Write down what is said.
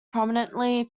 prominently